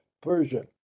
Persia